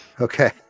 Okay